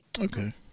Okay